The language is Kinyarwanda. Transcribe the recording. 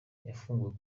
yafunguwe